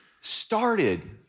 started